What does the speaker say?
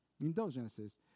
indulgences